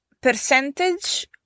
percentage